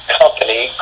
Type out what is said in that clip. company